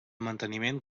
manteniment